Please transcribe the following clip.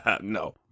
no